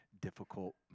difficult